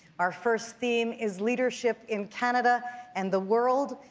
our first theme is leadership in canada and the world,